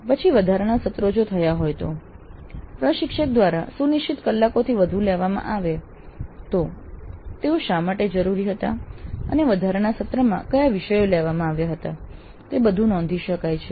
પછી વધારાના સત્રો જો થયા હોય તો પ્રશિક્ષક દ્વારા સુનિશ્ચિત કલાકોથી વધુ લેવામાં આવે તો તેઓ શા માટે જરૂરી હતા અને વધારાના સત્રમાં કયા વિષયો લેવામાં આવ્યા હતા તે બધું નોંધી શકાય છે